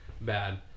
bad